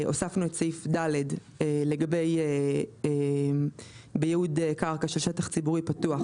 הוספנו את סעיף (ד) לגבי ייעוד קרקע של שטח ציבורי פתוח,